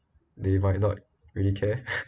they might not really care